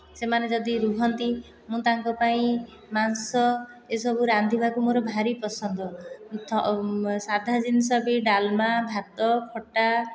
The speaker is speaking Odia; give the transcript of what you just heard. ସେମାନେ ଯଦି ରହନ୍ତି ମୁଁ ତାଙ୍କ ପାଇଁ ମାଂସ ଏସବୁ ରାନ୍ଧିବାକୁ ମୋର ଭାରି ପସନ୍ଦ ସାଧା ଜିନିଷ ବି ଡାଲମା ଭାତ ଖଟା